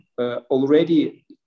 already